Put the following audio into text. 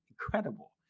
Incredible